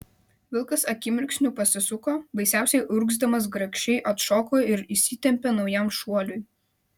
vilkas akimirksniu pasisuko baisiausiai urgzdamas grakščiai atšoko ir įsitempė naujam šuoliui